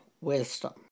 wisdom